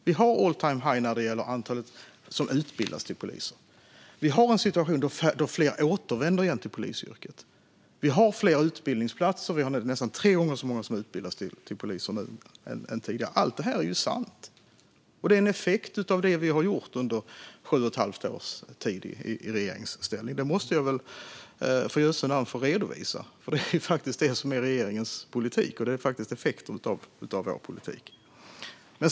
Vi har all-time-high när det gäller antalet som utbildas till poliser. Vi har en situation där fler återvänder till polisyrket. Vi har fler utbildningsplatser, och vi har nästan tre gånger så många som utbildar sig till poliser jämfört med tidigare. Allt det här är ju sant, och det är en effekt av det vi har gjort under sju och ett halvt års tid i regeringsställning. Det måste jag väl för jösse namn få redovisa, för det är faktiskt det som är regeringens politik och effekten av den politiken.